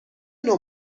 نوع